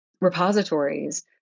repositories